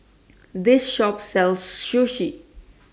This Shop sells Sushi